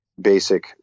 basic